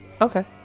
Okay